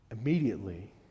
Immediately